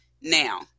now